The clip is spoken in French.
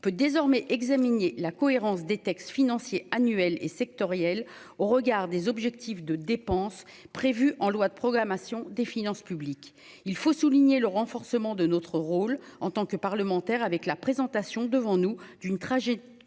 peut désormais examiner la cohérence des textes financiers annuels et sectorielles au regard des objectifs de dépenses prévues en loi de programmation des finances publiques. Il faut souligner le renforcement de notre rôle en tant que parlementaire avec la présentation devant nous, d'une tragédie